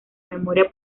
memoria